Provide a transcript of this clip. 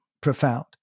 profound